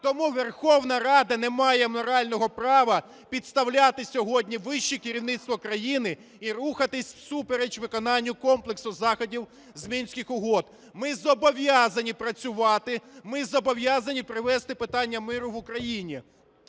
Тому Верховна Рада не має морального права підставляти сьогодні вище керівництво країни і рухатися всупереч виконанню комплексу заходів з Мінських угод. Ми зобов'язані працювати, ми зобов'язані привести питання миру в Україні.